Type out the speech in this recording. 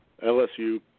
LSU